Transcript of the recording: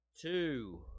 Two